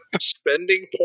spending